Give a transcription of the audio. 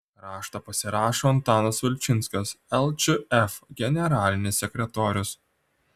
raštą pasirašo antanas vilčinskas lčf generalinis sekretorius